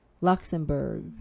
Luxembourg